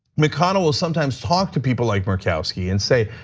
mcconnell will sometimes talk to people like murkowski and say,